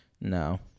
no